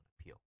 appeal